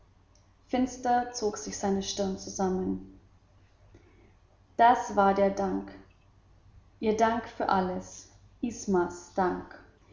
finster zog sich seine stirn zusammen das war der dank ihr dank für alles ismas dank